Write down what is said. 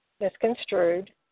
misconstrued